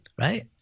right